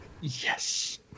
Yes